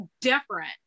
different